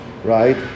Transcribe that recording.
Right